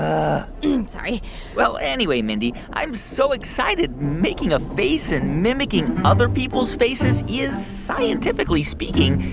ah sorry well, anyway, mindy, i'm so excited. making a face and mimicking other people's faces is, scientifically speaking,